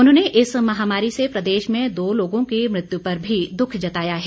उन्होंने इस महामारी से प्रदेश में दो लोगों की मृत्यु पर भी दुःख जताया है